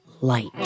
light